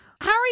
Harry